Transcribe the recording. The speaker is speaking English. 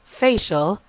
facial